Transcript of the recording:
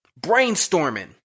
brainstorming